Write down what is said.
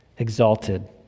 exalted